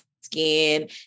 skin